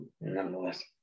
nonetheless